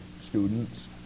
students